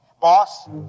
Boss